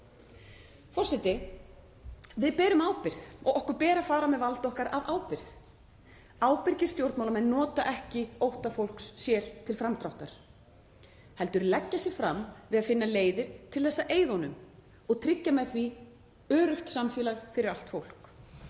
Forseti. Við berum ábyrgð og okkur ber að fara með vald okkar af ábyrgð. Ábyrgir stjórnmálamenn nota ekki ótta fólks sér til framdráttar heldur leggja sig fram við að finna leiðir til þess að eyða honum og tryggja með því öruggt samfélag fyrir allt fólk.